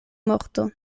morto